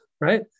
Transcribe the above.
right